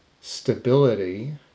stability